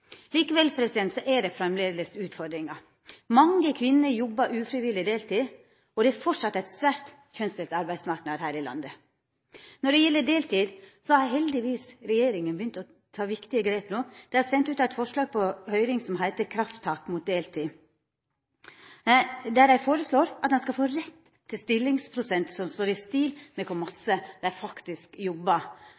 Likevel er det framleis utfordringar. Mange kvinner jobbar ufrivillig deltid, og det er framleis ein svært kjønnsdelt arbeidsmarknad her i landet. Når det gjeld deltid, har regjeringa no heldigvis begynt å ta viktige grep. Dei har sendt ut eit forslag på høyring som heiter «Krafttak mot ufrivillig deltid», der dei foreslår at ein skal få rett til ein stillingsprosent som står i stil med kor